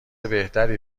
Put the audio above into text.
بهتری